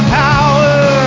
power